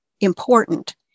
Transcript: important